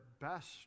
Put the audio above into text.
best